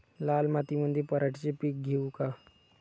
लाल मातीमंदी पराटीचे पीक घेऊ का?